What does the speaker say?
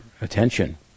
attention